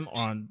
on